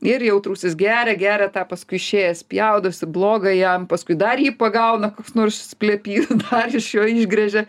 ir jautrusis geria geria tą paskui išėjęs spjaudosi bloga jam paskui dar jį pagauna koks nors plepys dar iš jo išgręžia